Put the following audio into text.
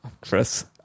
Chris